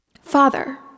Father